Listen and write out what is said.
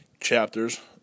chapters